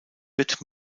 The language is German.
wird